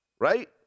right